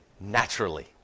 naturally